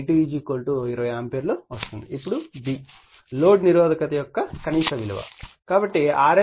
ఇప్పుడు b load నిరోధకత యొక్క కనీస విలువ కాబట్టి RL V2 I2